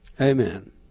Amen